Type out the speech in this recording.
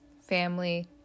family